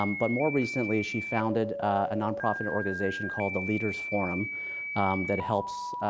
um but more recently, she founded a nonprofit organization called the leaders forum that helps,